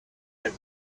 had